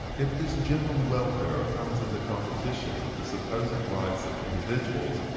if this general welfare comes into competition with the supposed rights of individuals,